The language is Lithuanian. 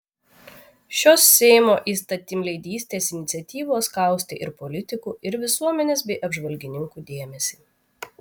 šios seimo įstatymleidystės iniciatyvos kaustė ir politikų ir visuomenės bei apžvalgininkų dėmesį